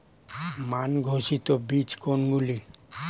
মান ঘোষিত বীজ কোনগুলি?